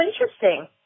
interesting